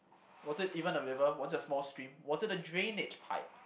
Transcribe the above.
was it even a river was it a small stream was it a drainage pipe